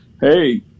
Hey